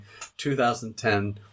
2010